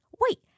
wait